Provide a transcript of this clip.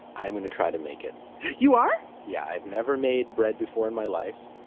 i'm going to try to make it you are? yeah, i've never made bread before in my life,